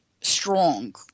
strong